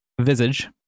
Visage